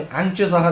anxious